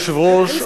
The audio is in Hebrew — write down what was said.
אדוני היושב-ראש,